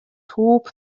توپ